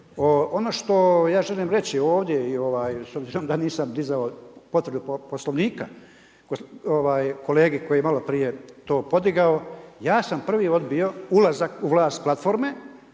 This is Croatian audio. Ono što ja želim reći ovdje, s obzirom da nisam digao potvredu poslovnika kolegi koji je maloprije to podigao, ja sam prvi odbio ulazak u vlast platforme